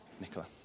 Nicola